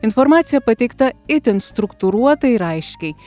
informacija pateikta itin struktūruotai ir aiškiai